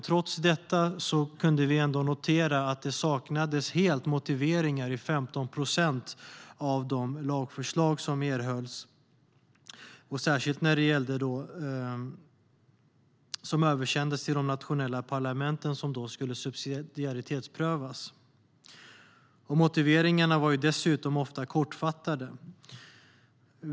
Trots detta kunde vi notera att det helt saknades motiveringar i drygt 15 procent av de lagförslag som översändes till de nationella parlamenten för subsidiaritetsprövning. Motiveringarna var dessutom ofta kortfattade.